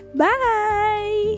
bye